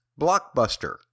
Blockbuster